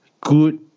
good